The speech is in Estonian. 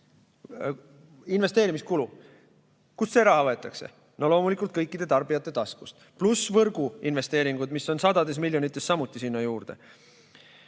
Investeerimiskulu. Kust see raha võetakse? Loomulikult kõikide tarbijate taskust. Pluss võrguinvesteeringud, mis on sadades miljonites, samuti sinna juurde.